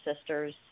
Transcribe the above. sisters